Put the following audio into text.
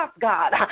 God